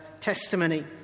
testimony